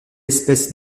espèce